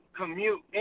commute